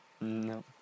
No